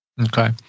Okay